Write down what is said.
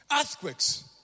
earthquakes